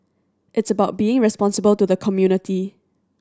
it's about being responsible to the community